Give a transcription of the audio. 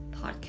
podcast